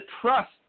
trust